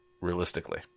realistically